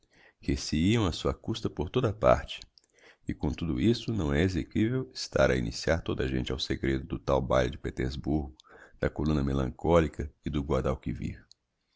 á sua custa por toda a parte e com tudo isso não é exequivel estar a iniciar toda a gente ao segredo do tal baile de petersburgo da columna melancolica e do